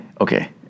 Okay